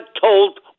told